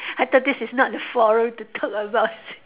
I thought this is not the forum to talk about s~